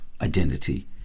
identity